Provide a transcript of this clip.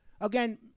again